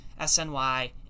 SNY